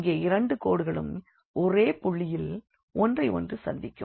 இங்கே இரண்டு கோடுகளும் ஒரே புள்ளியில் ஒன்றையொன்று சந்திக்கும்